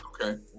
okay